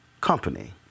company